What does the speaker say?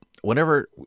whenever –